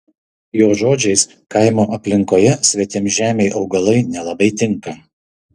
jo žodžiais kaimo aplinkoje svetimžemiai augalai nelabai tinka